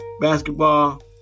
Basketball